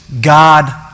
God